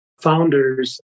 founders